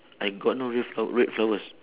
I got no red flower red flowers